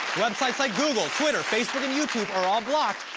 websites like google, twitter, facebook and youtube are all blocked,